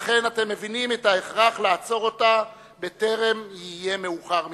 לכן אתם מבינים את ההכרח לעצור אותה בטרם יהיה מאוחר מדי.